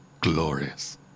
glorious